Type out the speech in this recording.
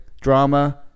drama